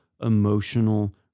emotional